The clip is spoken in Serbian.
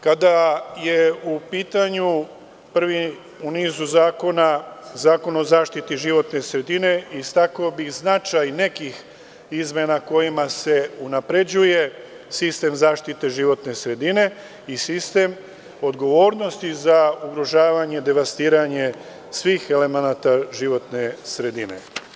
Kada je u pitanju prvi u nizu zakona, Zakon o zaštiti životne sredine istakao bi značaj nekih izmena kojima se unapređuje sistem zaštite životne sredine i sistem odgovornosti za ugrožavanje, devastiranje svih elemenata životne sredine.